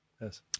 yes